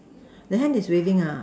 the hand is waving ah